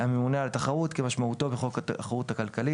"הממונה על התחרות" כמשמעותו בחוק התחרות הכלכלית,